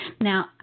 Now